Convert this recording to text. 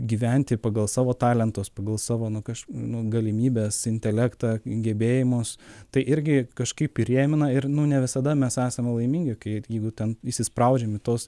gyventi pagal savo talentus pagal savo nu nu galimybes intelektą gebėjimus tai irgi kažkaip įrėmina ir nu nevisada mes esame laimingi kai jeigu ten įsispraudžiam į tuos